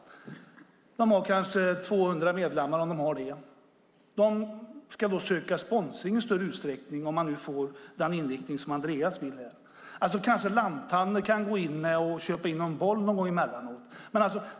Klubben har kanske 200 medlemmar - om ens det. Klubben ska i större utsträckning söka sponsring om det blir den inriktning som Andreas vill ha. Kanske lanthandeln kan köpa in en boll emellanåt.